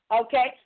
okay